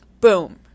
boom